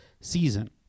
season